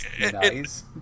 nice